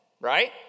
right